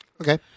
Okay